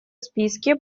списке